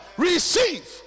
Receive